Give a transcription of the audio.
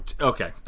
Okay